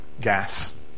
gas